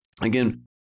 again